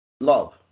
Love